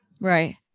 Right